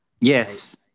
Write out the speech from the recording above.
Yes